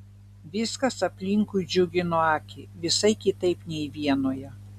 viskas aplinkui džiugino akį visai kitaip nei vienoje